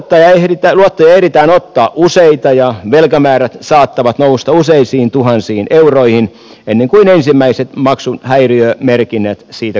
luottoja ehditään ottaa useita ja velkamäärät saattavat nousta useisiin tuhansiin euroihin ennen kuin ensimmäiset maksuhäiriömerkinnät siitä kaikesta syntyvät